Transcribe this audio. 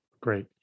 Great